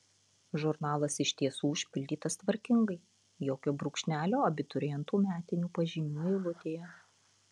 žurnalas iš tiesų užpildytas tvarkingai jokio brūkšnelio abiturientų metinių pažymių eilutėje